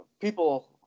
people